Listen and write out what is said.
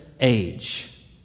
age